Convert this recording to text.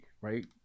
right